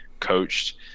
coached